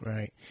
Right